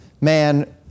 man